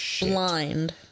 blind